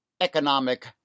economic